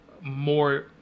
more